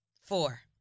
Four